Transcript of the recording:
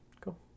Cool